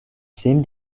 seem